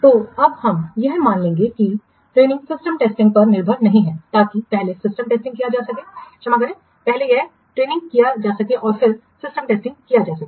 तो अब हम यह मान लेंगे कि ट्रेनिंग सिस्टम टेस्टिंग पर निर्भर नहीं है ताकि पहले सिस्टम टेस्टिंग किया जा सकता है क्षमा करें पहले यह ट्रेनिंग किया जा सकता है और फिर सिस्टम टेस्टिंग किया जा सकता है